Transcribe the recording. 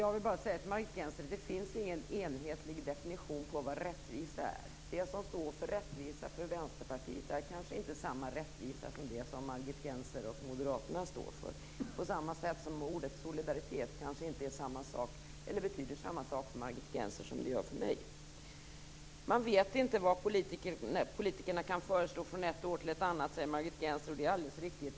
Jag vill bara säga till Margit Gennser att det inte finns någon enhetlig definition på vad rättvisa är. Det som för Vänsterpartiet är rättvisa är kanske inte samma rättvisa som den som Margit Gennser och Moderaterna står för. På samma sätt betyder kanske ordet solidaritet inte samma sak för Margit Gennser som det gör för mig. Man vet inte vad politikerna kan föreslå från ett år till ett annat, säger Margit Gennser, och det är alldeles riktigt.